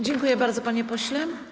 Dziękuję bardzo, panie pośle.